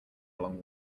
along